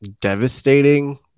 devastating